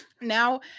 Now